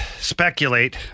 speculate